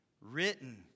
written